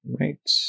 Right